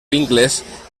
vincles